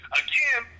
again